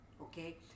Okay